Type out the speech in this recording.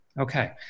Okay